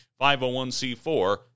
501c4